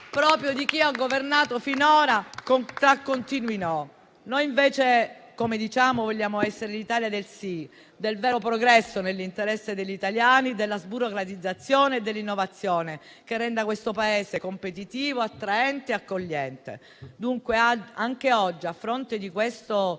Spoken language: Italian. proprio di chi ha governato finora fra continui no. Noi invece, come diciamo, vogliamo essere l'Italia del sì, del vero progresso nell'interesse degli italiani, della sburocratizzazione e dell'innovazione che renda questo Paese competitivo, attraente e accogliente. Dunque anche oggi, a fronte di questo